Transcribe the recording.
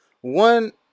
one